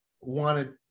wanted